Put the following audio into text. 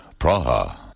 Praha